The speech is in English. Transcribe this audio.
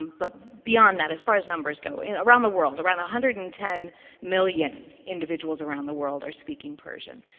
but beyond that, as far as numbers go, and around the world, around one hundred and ten million individuals around the world are speaking persian.